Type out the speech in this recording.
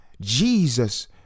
Jesus